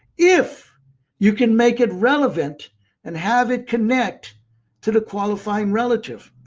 if you can make it relevant and have it connect to the qualifying relative.